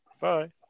Bye